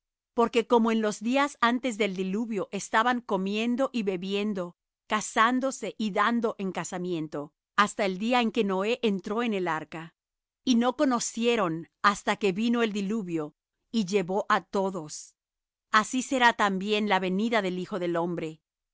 porque como en los días antes del diluvio estaban comiendo y bebiendo casándose y dando en casamiento hasta el día que noé entró en el arca y no conocieron hasta que vino el diluvio y llevó á todos